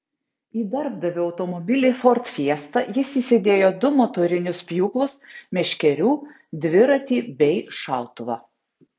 į darbdavio automobilį ford fiesta jis įsidėjo du motorinius pjūklus meškerių dviratį bei šautuvą